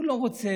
הוא לא רוצה.